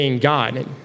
God